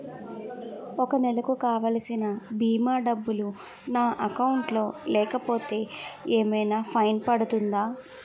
ఒక నెలకు కావాల్సిన భీమా డబ్బులు నా అకౌంట్ లో లేకపోతే ఏమైనా ఫైన్ పడుతుందా?